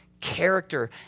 character